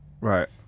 right